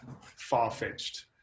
far-fetched